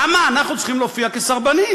למה אנחנו צריכים להופיע כסרבנים?